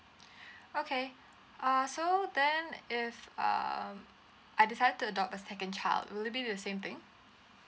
okay uh so then if um I decided to adopt a second child will it be the same thing